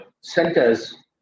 centers